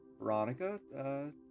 Veronica